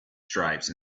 stripes